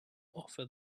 offer